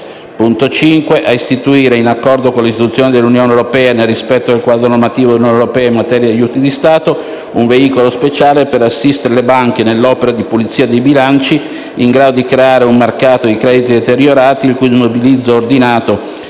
ristoro; 5) a istituire, in accordo con le istituzioni dell'Unione europea e nel rispetto del quadro normativo dell'Unione europea in materia di aiuti di Stato, un veicolo speciale per assistere le banche nell'opera di pulizia dei bilanci, in grado di creare un mercato dei crediti deteriorati, il cui smobilizzo ordinato,